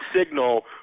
signal